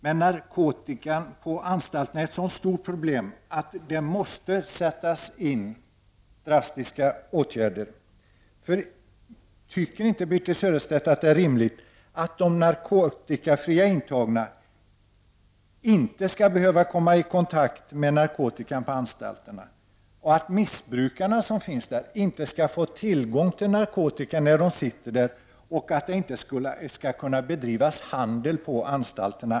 Men narkotika på anstalterna är ett stort problem att drastiska åtgärder måste sättas in. Tycker inte Birthe Sörestedt att det är rimligt att de narkotikafria intagna inte skall behöva komma i kontakt med narkotika på anstalterna, att missbrukarna som finns där inte skall få tillgång till narkotika när de sitter där och att det inte skall kunna bedrivas handel på anstalterna?